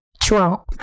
Trump